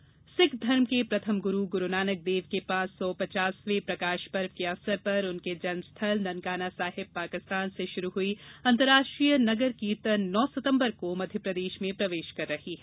गुरुनानक सिख धर्म के प्रथम गुरु गुरुनानक देव के पांच सौ पचासवें प्रकाशपर्व के अवसर पर उनके जन्मस्थल ननकाना साहिब पाकिस्तान से शुरू हई अंतर्राष्ट्रीय नगर कीर्तन नौ सितंबर को मध्यप्रदेश में प्रवेश कर रही है